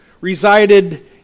resided